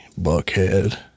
Buckhead